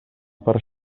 per